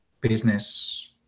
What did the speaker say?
business